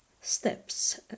steps